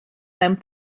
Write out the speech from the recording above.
mewn